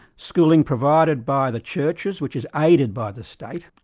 schooling provided by the churches, which is aided by the state,